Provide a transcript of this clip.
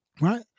Right